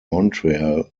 montreal